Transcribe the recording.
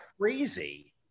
crazy